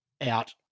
out